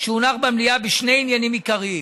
שהונח במליאה בשני עניינים עיקריים.